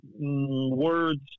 words